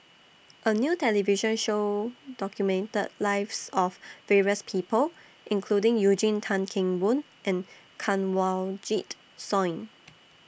A New television Show documented The Lives of various People including Eugene Tan Kheng Boon and Kanwaljit Soin